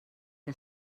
què